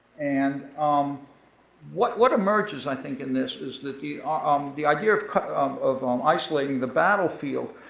and um what what emerges, i think in this, is that the um the idea of um of um isolating the battlefield,